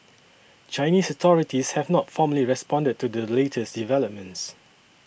Chinese authorities have not formally responded to the latest developments